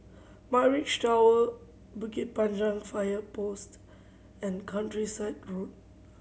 Mirage Tower Bukit Panjang Fire Post and Countryside Road